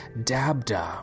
DABDA